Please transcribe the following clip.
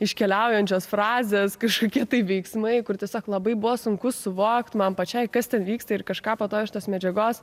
iškeliaujančios frazės kažkokie veiksmai kur tiesiog labai buvo sunku suvokt man pačiai kas ten vyksta ir kažką po to iš tos medžiagos